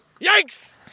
Yikes